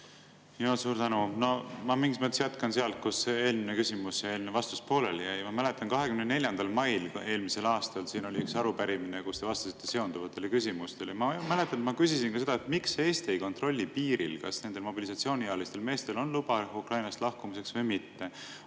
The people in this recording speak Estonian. Suur tänu! Ma mingis mõttes jätkan sealt, kus eelmine küsimus ja vastus pooleli jäi. Ma mäletan, 24. mail eelmisel aastal oli siin üks arupärimine, kus te vastasite seonduvatele küsimustele. Ma mäletan, et ma küsisin ka seda, miks Eesti ei kontrolli piiril, kas nendel mobilisatsiooniealistel meestel on luba Ukrainast lahkumiseks või mitte.